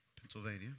Pennsylvania